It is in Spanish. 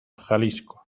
jalisco